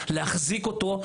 להחזיק אותו,